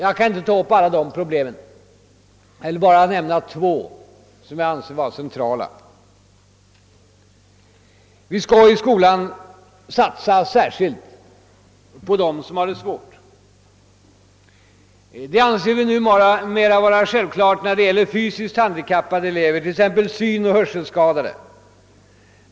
Jag kan inte ta upp alla de problemen; jag vill bara nämna två som jag anser centrala. Vi skall i skolan satsa särskilt på dem Som har det svårt. Det anser vi numera Vara självklart när det gäller fysiskt handikappade elever, t.ex. synoch hörselskadade.